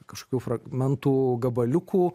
kažkokių fragmentų gabaliukų